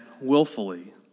willfully